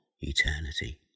eternity